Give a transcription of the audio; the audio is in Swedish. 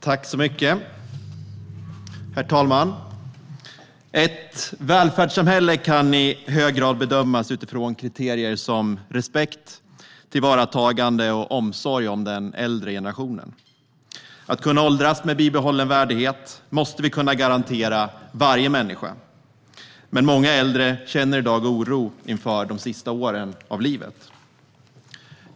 Herr talman! Ett välfärdssamhälle kan i hög grad bedömas utifrån kriterier som respekt, tillvaratagande och omsorg om den äldre generationen. Att kunna åldras med bibehållen värdighet måste vi kunna garantera varje människa. Men många äldre känner i dag oro inför de sista åren av livet.